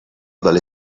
dalle